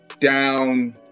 down